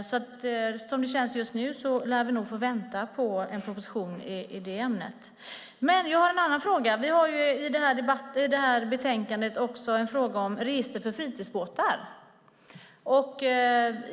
Som det känns nu lär vi nog få vänta på en proposition i det ämnet. Jag har en annan fråga. Vi har i betänkandet också en fråga om ett register för fritidsbåtar.